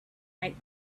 might